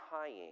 tying